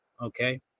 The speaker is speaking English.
Okay